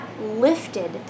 lifted